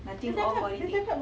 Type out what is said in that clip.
nothing off or anything